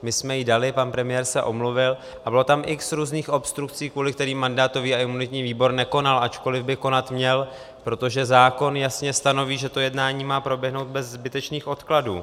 My jsme ji dali, pan premiér se omluvil a bylo tam x různých obstrukcí, kvůli kterým mandátový a imunitní výbor nekonal, ačkoli by konat měl, protože zákon jasně stanoví, že to jednání má proběhnout bez zbytečných odkladů.